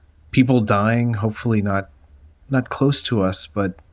people dying, hopefully not not close to us. but